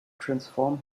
transform